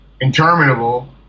interminable